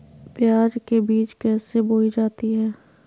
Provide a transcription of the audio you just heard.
प्याज के बीज कैसे बोई जाती हैं?